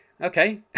okay